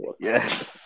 Yes